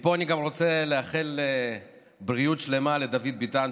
מפה אני גם רוצה לאחל בריאות שלמה לדוד ביטן,